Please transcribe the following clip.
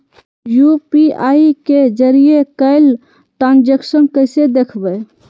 UPI के जरिए कैल ट्रांजेक्शन कैसे देखबै?